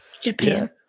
Japan